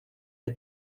que